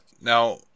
Now